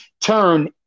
turn